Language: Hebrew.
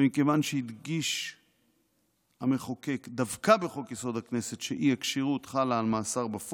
ומכיוון שהדגיש המחוקק דווקא בחוק-יסוד: הכנסת שאי-הכשירות